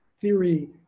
theory